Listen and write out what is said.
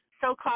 so-called